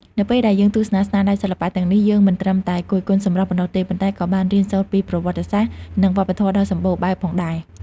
នៅពេលដែលយើងទស្សនាស្នាដៃសិល្បៈទាំងនេះ យើងមិនត្រឹមតែគយគន់សម្រស់ប៉ុណ្ណោះទេ ប៉ុន្តែក៏បានរៀនសូត្រពីប្រវត្តិសាស្ត្រ និងវប្បធម៌ដ៏សម្បូរបែបផងដែរ។